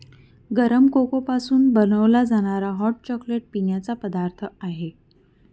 गरम कोको पासून बनवला जाणारा हॉट चॉकलेट पिण्याचा पदार्थ आहे